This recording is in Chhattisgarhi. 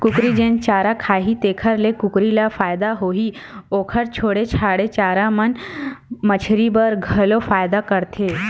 कुकरी जेन चारा खाही तेखर ले कुकरी ल फायदा होही, ओखर छोड़े छाड़े चारा मन मछरी बर घलो फायदा करथे